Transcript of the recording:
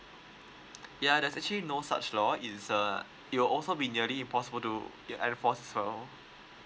ya that's actually no such law is uh it will also been nearly impossible to as well